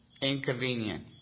inconvenient